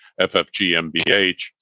FFG-MBH